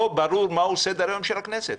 לא ברור מהו סדר היום של הכנסת.